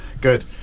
Good